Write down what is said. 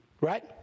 right